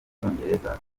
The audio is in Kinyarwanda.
cyongereza